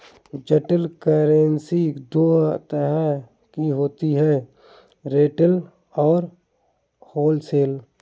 digital currency दो तरह की होती है रिटेल और होलसेल